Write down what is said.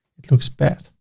it looks bad.